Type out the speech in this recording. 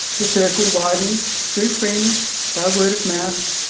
the circle widens, through friends, by word of mouth,